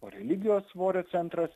o religijos svorio centras